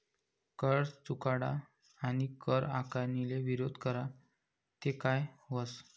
कर चुकाडा आणि कर आकारणीले विरोध करा ते काय व्हस